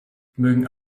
mögen